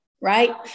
right